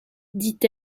dit